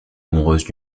amoureuses